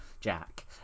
Jack